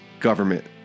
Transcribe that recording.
government